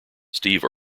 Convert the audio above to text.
steve